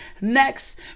next